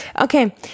Okay